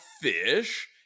fish